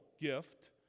gift